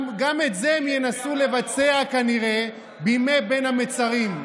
גם את זה הם ינסו לבצע כנראה בימי בין המצרים,